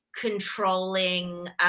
controlling